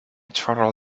throttle